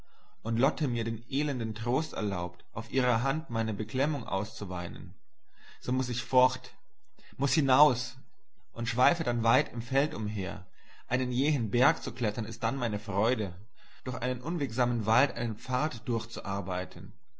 und lotte mir den elenden trost erlaubt auf ihrer hand meine beklemmung auszuweinen so muß ich fort muß hinaus und schweife dann weit im felde umher einen jähen berg zu klettern ist dann meine freude durch einen unwegsamen wald einen pfad